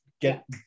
get